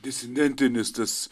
disidentinis tas